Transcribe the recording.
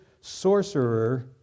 sorcerer